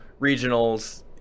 regionals